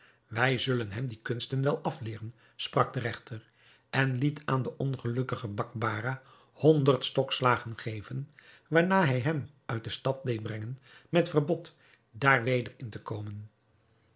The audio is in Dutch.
wij zullen hem die kunsten wel afleeren sprak de regter en liet aan den ongelukkigen bakbarah honderd stokslagen geven waarna hij hem uit de stad deed brengen met verbod daar weder in te komen